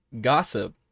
gossip